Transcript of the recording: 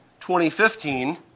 2015